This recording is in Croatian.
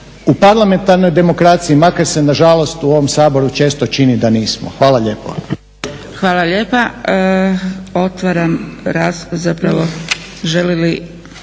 u parlamentarnoj demokraciji, makar se nažalost u ovom Saboru često čini da nismo. Hvala lijepo. **Zgrebec, Dragica (SDP)** Hvala